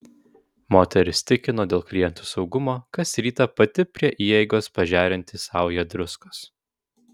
moteris tikino dėl klientų saugumo kas rytą pati prie įeigos pažerianti saują druskos